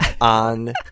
on